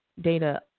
data